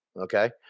Okay